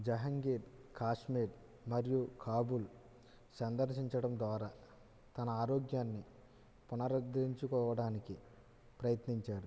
జహంగీర్ కాశ్మీర్ మరియు కాబూల్ సందర్శించడం ద్వారా తన ఆరోగ్యాన్ని పునరుద్ధరించుకోవడానికి ప్రయత్నించారు